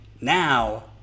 now